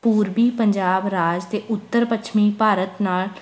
ਪੂਰਬੀ ਪੰਜਾਬ ਰਾਜ ਅਤੇ ਉੱਤਰ ਪੱਛਮੀ ਭਾਰਤ ਨਾਲ